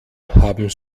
haben